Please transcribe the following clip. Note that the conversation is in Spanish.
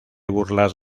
burlas